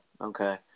Okay